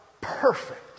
perfect